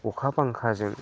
अखा बांखाजों